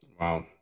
Wow